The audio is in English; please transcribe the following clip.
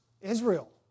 Israel